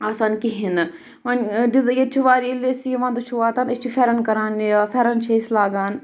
آسان کِہیٖنۍ نہٕ وَنۍ ییٚتہِ چھِ واریاہ ییٚلہِ أسۍ یہِ وَنٛدٕ چھُ واتَن أسۍ چھِ پھٮ۪رن کَران یہِ پھٮ۪رَن چھِ أسۍ لاگان